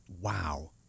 wow